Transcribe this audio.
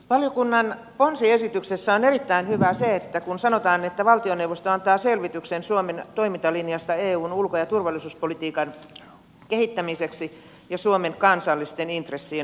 valiokunnan ponsiesityksessä on erittäin hyvää se kun sanotaan että valtioneuvosto antaa selvityksen suomen toimintalinjasta eun ulko ja turvallisuuspolitiikan kehittämiseksi ja suomen kansallisten intressien turvaamiseksi